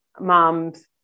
moms